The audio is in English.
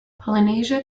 polynesia